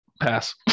pass